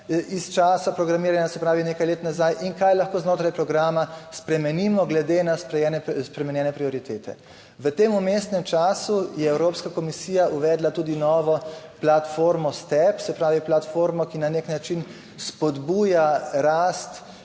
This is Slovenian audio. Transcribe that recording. iz časa programiranja, se pravi, nekaj let nazaj, in kaj lahko znotraj programa spremenimo glede na spremenjene prioritete. V tem vmesnem času je Evropska komisija uvedla tudi novo platformo Tebe, se pravi platformo, ki na nek način spodbuja rast